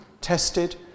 tested